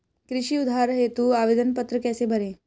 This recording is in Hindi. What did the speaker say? कृषि उधार हेतु आवेदन पत्र कैसे भरें?